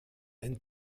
ein